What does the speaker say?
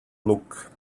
look